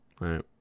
right